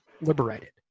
liberated